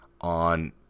on